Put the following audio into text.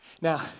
Now